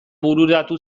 bururatu